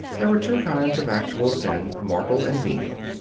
there are two kinds of actual sin mortal and venial.